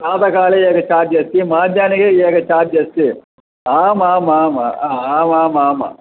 प्रातःकाले एकं चार्ज् अस्ति मध्याह्ने एकं चार्ज् अस्ति आम् आम् आम् आम् आम् आम्